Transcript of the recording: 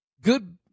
Good